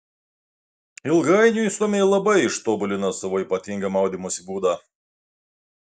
ilgainiui suomiai labai ištobulino savo ypatingą maudymosi būdą